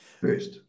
First